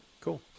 Cool